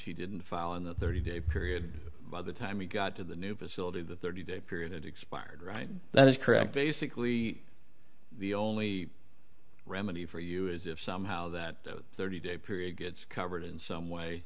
knowledge he didn't file in the thirty day period by the time he got to the new facility the thirty day period expired right that is correct basically the only remedy for you is if somehow that thirty day period gets covered in some way